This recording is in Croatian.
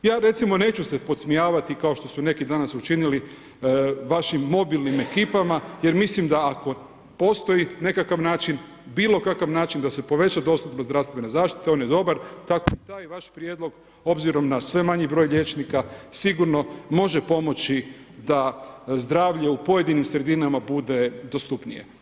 Ja recimo neću se podsmijavati kao što su neki danas učinili vašim mobilnim ekipama jer mislim da ako postoji nekakav način, bilokakav način da se poveća dostupnost zdravstvene zaštite, on je dobar, tako da taj vaš prijedlog obzirom na sve manji broj liječnika, sigurno može pomoći da zdravlje u pojedinim sredinama bude dostupnije.